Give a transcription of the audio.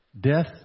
death